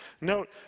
Note